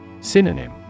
Synonym